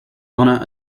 donna